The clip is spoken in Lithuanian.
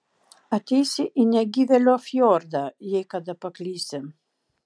ateisi į negyvėlio fjordą jei kada paklysi